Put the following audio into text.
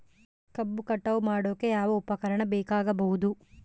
ಕಬ್ಬು ಕಟಾವು ಮಾಡೋಕೆ ಯಾವ ಉಪಕರಣ ಬೇಕಾಗಬಹುದು?